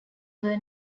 were